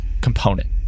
component